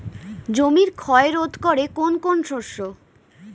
জমির ক্ষয় রোধ করে কোন কোন শস্য?